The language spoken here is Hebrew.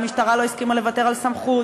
המשטרה לא הסכימה לוותר על סמכות,